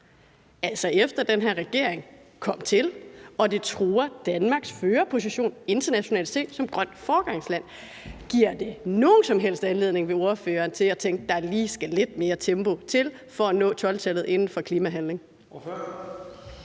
altså efter at den her regering kom til, og det truer Danmarks førerposition internationalt set som grønt foregangsland. Giver det nogen som helst anledning for ordføreren til at tænke, at der lige skal lidt mere tempo på for at nå 12-tallet inden for klimahandling?